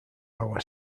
our